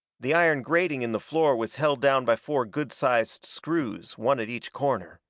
the iron grating in the floor was held down by four good-sized screws, one at each corner.